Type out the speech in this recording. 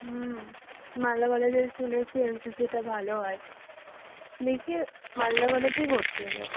হুম মালদা কলেজের শুনেছি এনসিসিটা ভালো হয় দেখি মালদা কলেজেই ভর্তি হয়ে যাব